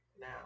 now